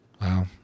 Wow